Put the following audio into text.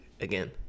again